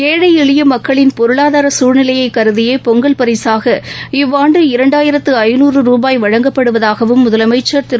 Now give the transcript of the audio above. ஏழை எளிய மக்களின் பொருளாதார சூழ்நிலையை கருதியே பொங்கல் பரிசாக இவ்வாண்டு இரண்டாயிரத்து ஐந்நூறு ரூபாய் வழங்கப்படுவதாகவும் முதலமைச்சா் திரு